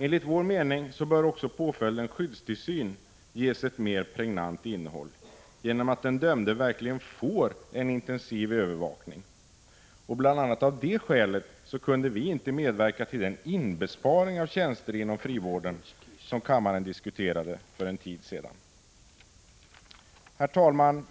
Enligt vår mening bör också påföljden skyddstillsyn ges ett mer pregnant innehåll genom att den dömde verkligen får en intensiv övervakning. Bl. a. av detta skäl kunde vi inte medverka till den inbesparing av tjänster inom frivården som kammaren diskuterade för en tid sedan. Herr talman!